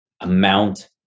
amount